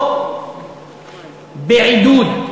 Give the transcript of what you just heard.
או בעידוד,